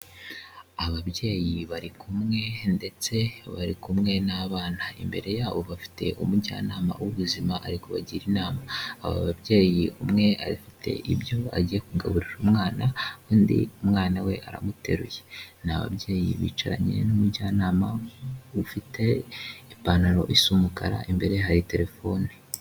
Ababyeyi bari kumwe ndetse bari kumwe n'abana ,imbere yabo bafite umujyanama w'ubuzima ariko bagira inama aba babyeyi umwefite ibyo agiye kugaburira umwana undi umwana we aramuteruye n'ababyeyi bicaranye n'umujyanama ufite ipantaro isa umukara imbere ye hari telefone.